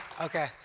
Okay